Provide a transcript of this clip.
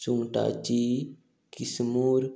सुंगटाची किसमूर